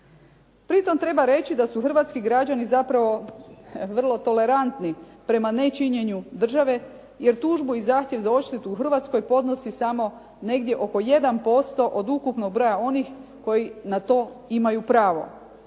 Pri tome treba reći da su hrvatski građani zapravo vrlo tolerantni prema nečinjenju države, jer tužbu i zahtjeva za odštetu u Hrvatskoj podnosi samo negdje oko 1% od ukupnog broja onih koji na to imaju pravo.